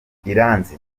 iranzi